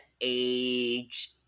age